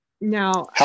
now